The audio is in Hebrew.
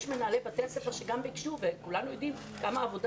יש מנהלי בתי ספר שגם הם ביקשו וכולנו יודעים כמה עבודה